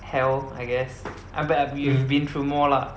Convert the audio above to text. hell I guess I~ but ah you've been through more lah